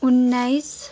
उन्नाइस